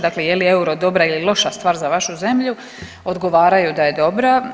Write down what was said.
Dakle, je li euro dobra ili loša stvar za vašu zemlju odgovaraju da je dobra.